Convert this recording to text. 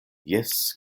jes